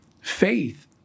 faith